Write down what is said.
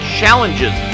challenges